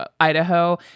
Idaho